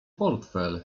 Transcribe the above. portfel